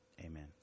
Amen